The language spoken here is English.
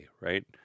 right